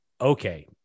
okay